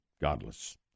Godless